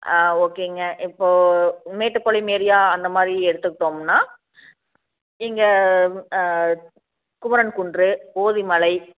ஆ ஓகேங்க இப்போது மேட்டுப்பாளையம் ஏரியா அந்த மாதிரி எடுத்துகிட்டோம்னா இங்கே குமரன் குன்று ஓதி மலை